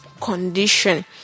condition